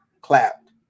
clapped